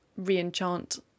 reenchant